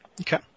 Okay